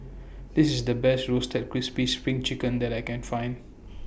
This IS The Best Roasted Crispy SPRING Chicken that I Can Find